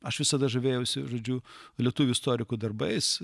aš visada žavėjausi žodžiu lietuvių istorikų darbais